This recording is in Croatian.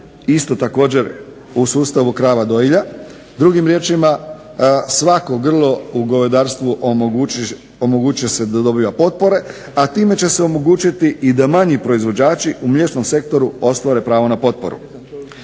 isto također u sustavu krava dojilja. Drugim riječima, svako grlo u govedarstvu omogućit će se da dobiva potpore, a time će se omogućiti i da manji proizvođači u mliječnom sektoru ostvare pravo na potporu.